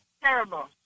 Terrible